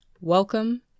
Welcome